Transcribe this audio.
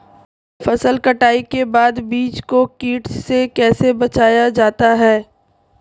फसल कटाई के बाद बीज को कीट से कैसे बचाया जाता है?